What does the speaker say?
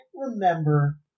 remember